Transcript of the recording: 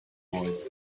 boys